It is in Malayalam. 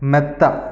മെത്ത